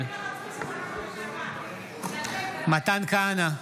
נגד מתן כהנא,